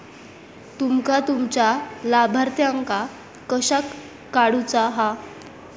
तुमका तुमच्या लाभार्थ्यांका कशाक काढुचा हा?